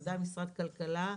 בוודאי משרד הכלכלה,